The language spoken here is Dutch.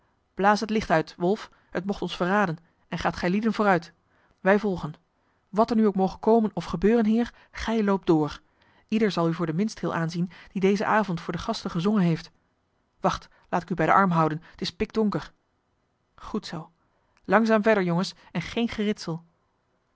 blaas het licht uit wolf het mocht ons verraden en gaat gijlieden vooruit wij volgen wat er nu ook moge komen of gebeuren heer gij loopt door ieder zal u voor den minstreel aanzien die dezen avond voor de gasten gezongen heeft wacht laat ik u bij den arm houden t is pikdonker goed zoo langzaam verder jongens en geen geritsel